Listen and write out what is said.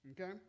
Okay